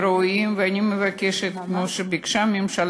וראו ב"דברי הכנסת" איזה דברי מחאה על כך שהאוצר